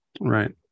right